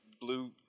blue